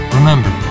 Remember